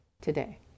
today